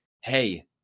Hey